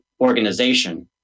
organization